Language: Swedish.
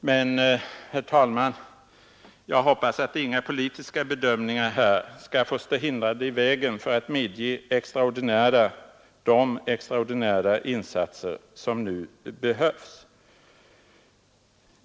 Men, herr talman, jag hoppas att inga politiska bedömningar skall få stå hindrande i vägen för att medge de extraordinära insatser som nu behövs.